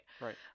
right